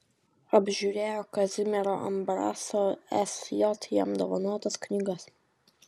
apžiūrėjo kazimiero ambraso sj jam dovanotas knygas